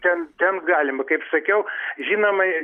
ten ten galima kaip sakiau žinoma